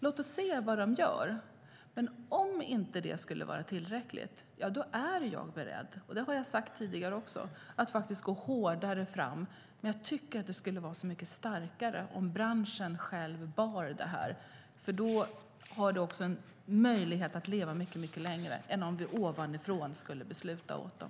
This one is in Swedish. Låt oss se vad de gör, men om det inte skulle vara tillräckligt är jag beredd att gå hårdare fram, vilket jag också har sagt tidigare. Jag tycker dock att det skulle vara så mycket starkare om branschen själv bar detta. Då har det också en möjlighet att leva mycket längre än om vi ovanifrån skulle besluta åt dem.